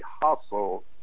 hustle